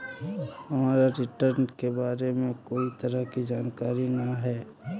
हमरा रिटर्न के बारे में कोई तरह के जानकारी न हे